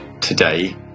today